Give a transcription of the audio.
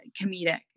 comedic